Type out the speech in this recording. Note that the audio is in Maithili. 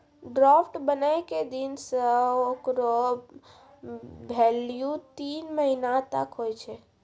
ड्राफ्ट बनै के दिन से हेकरो भेल्यू तीन महीना तक हुवै छै